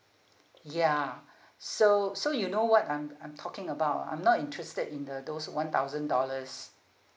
ya so so you know what I'm I'm talking about I'm not interested in the those one thousand dollars